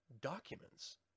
documents